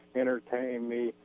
entertain me,